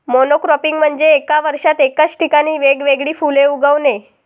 monocropping म्हणजे एका वर्षात एकाच ठिकाणी वेगवेगळी फुले उगवणे